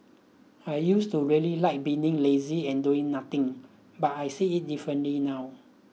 I used to really like being lazy and doing nothing but I see it differently now